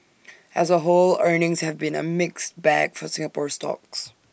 as A whole earnings have been A mixed bag for Singapore stocks